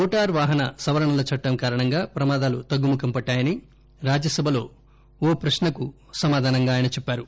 motor వాహన సవరణ చట్టం కారణంగా ప్రమాదాలు తగ్గుముఖం పట్టాయని రాజ్యసభలో ఓ ప్రశ్న కు సమాధానంగా చెప్పారు